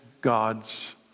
God's